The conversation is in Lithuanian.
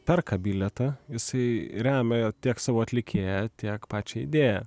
perka bilietą jisai remia tiek savo atlikėją tiek pačią idėją